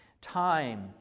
Time